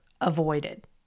avoided